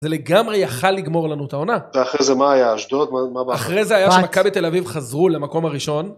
זה לגמרי יכל לגמור לנו את העונה. ואחרי זה מה היה, אשדוד? מה בא אחר כך? אחרי זה היה שמכבי תל אביב חזרו למקום הראשון.